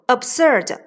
Absurd